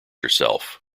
herself